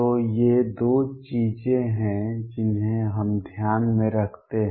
तो ये दो चीजें हैं जिन्हें हम ध्यान में रखते हैं